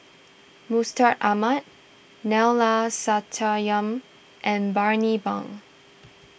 Mustaq Ahmad Neila Sathya and Bani Buang